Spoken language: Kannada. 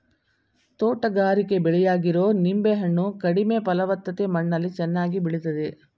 ತೋಟಗಾರಿಕೆ ಬೆಳೆಯಾಗಿರೊ ನಿಂಬೆ ಹಣ್ಣು ಕಡಿಮೆ ಫಲವತ್ತತೆ ಮಣ್ಣಲ್ಲಿ ಚೆನ್ನಾಗಿ ಬೆಳಿತದೆ